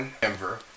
Denver